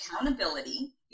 accountability